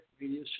Media